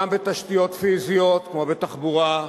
גם בתשתיות פיזיות כמו בתחבורה,